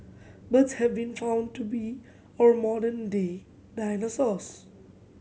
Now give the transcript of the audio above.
birds have been found to be our modern day dinosaurs